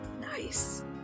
Nice